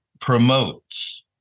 promotes